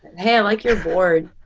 hey, i like your board.